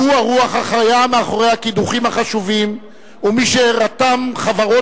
שהוא הרוח החיה מאחורי הקידוחים החשובים ומי שרתם חברות